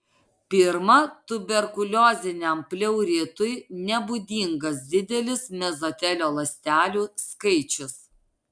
pirma tuberkulioziniam pleuritui nebūdingas didelis mezotelio ląstelių skaičius